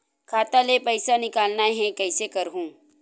खाता ले पईसा निकालना हे, कइसे करहूं?